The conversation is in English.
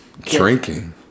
drinking